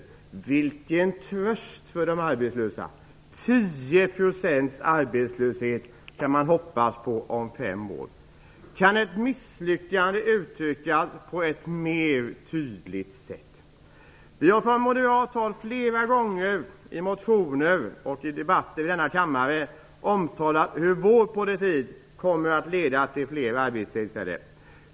Vilken tröst för de arbetslösa! 10 % arbetslöshet kan man hoppas på om fem år. Kan ett misslyckande uttryckas på ett tydligare sätt? Vi har från moderat håll flera gånger i motioner och i debatter här i kammaren talat om hur vår politik kommer att leda till fler arbetstillfällen.